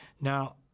Now